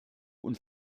und